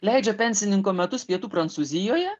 leidžia pensininko metus pietų prancūzijoje